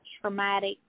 traumatic